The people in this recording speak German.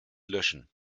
löschen